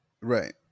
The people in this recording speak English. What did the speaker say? Right